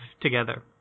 together